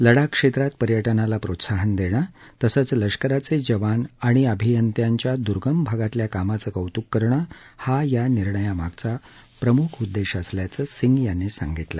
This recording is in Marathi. लडाख क्षेत्रात पर्यटनाला प्रोत्साहन देणं तसंच लष्कराचे जवान आणि अभियंत्यांच्या दुर्गम भागातल्या कामाचं कौतुक करणं हा या निर्णयामागचा प्रमुख उद्देश असल्याचं सिंग म्हणाले